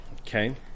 Okay